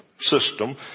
system